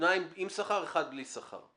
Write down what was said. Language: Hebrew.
שניים עם שכר, אחד בלי שכר.